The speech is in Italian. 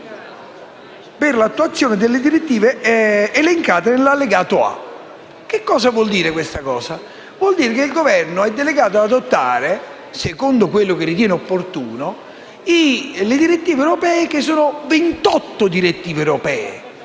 per l'attuazione delle direttive elencate nell'allegato A. Che cosa vuole dire questo? Vuol dire che il Governo è delegato ad adottare, secondo quello che ritiene opportuno, le direttive europee, che sono ventotto.